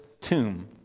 tomb